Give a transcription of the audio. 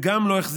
גם זה לא החזיק.